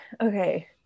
Okay